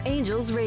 Angels